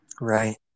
Right